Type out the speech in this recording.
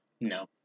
No